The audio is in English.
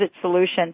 solution